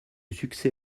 succès